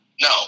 No